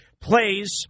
plays